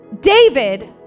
David